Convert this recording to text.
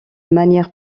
manière